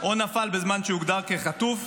או נפל בזמן שהוגדר כחטוף,